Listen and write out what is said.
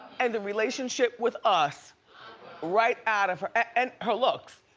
and the relationship with us right out of her. and her looks.